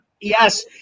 yes